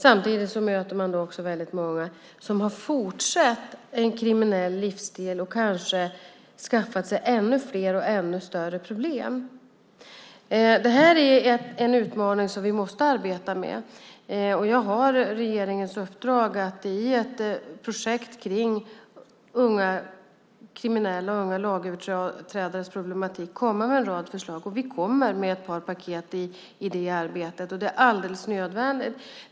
Samtidigt möter man också väldigt många som har fortsatt en kriminell livsstil och kanske skaffat sig ännu fler och ännu större problem. Det här är en utmaning som vi måste arbeta med, och jag har regeringens uppdrag att i ett projekt som rör unga lagöverträdares problematik komma med en rad förslag. Vi kommer med ett par paket i det arbetet, och det är alldeles nödvändigt.